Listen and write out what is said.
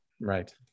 Right